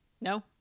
No